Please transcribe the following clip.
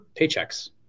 paychecks